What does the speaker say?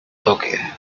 toque